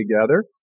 together